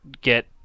get